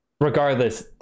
Regardless